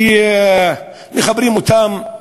שמחברים אותן,